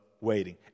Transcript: waiting